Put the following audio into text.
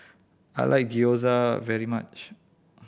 I like Gyoza very much